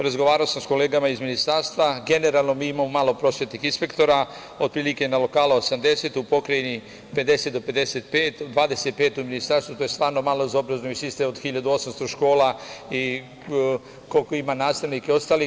Razgovarao sam sa kolegama, iz Ministarstva, generalno mi imamo malo prosvetnih inspektora, otprilike na lokalu 80, u pokrajini 50 do 55, u ministarstvu 25, to je stvarno malo za obrazovni sistem od 1.800 škola i koliko ima nastavnika i ostalih.